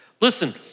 Listen